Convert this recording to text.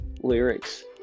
lyrics